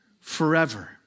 forever